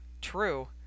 True